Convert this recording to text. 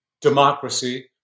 democracy